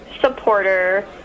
supporter